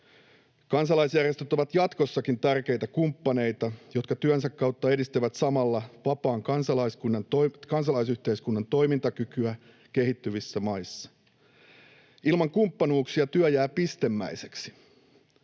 Kansalaisjärjestöt ovat jatkossakin tärkeitä kumppaneita, jotka työnsä kautta edistävät samalla vapaan kansalaisyhteiskunnan toimintakykyä kehittyvissä maissa. Ilman kumppanuuksia työ jää pistemäiseksi.